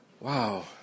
wow